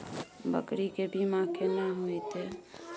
बकरी के बीमा केना होइते?